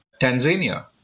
tanzania